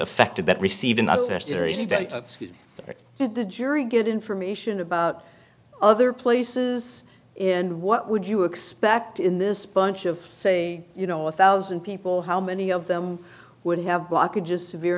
affected that receive in did the jury get information about other places in what would you expect in this bunch of say you know one thousand people how many of them would have blockages severe